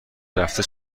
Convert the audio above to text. رفته